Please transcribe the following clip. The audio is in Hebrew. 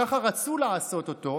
כך רצו לעשות אותו,